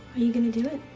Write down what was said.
are you gonna do it?